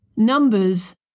Numbers